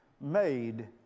made